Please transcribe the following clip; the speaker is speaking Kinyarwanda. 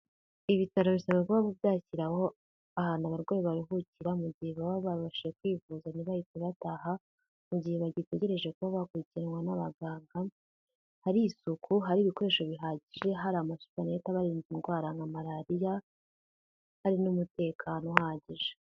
ibi bitaro bisaba kuba byakira aho ahantu abarwayi baruhukira mu gihe baba babashije kwivuzanya bahita bataha mu gihe bagitegereje ko bakurikiranwa n'abaganga hari isuku hari ibikoresho bihagije hari amakipaehita barinda indwara nka malariya ari n'umutekano uhagije